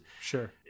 Sure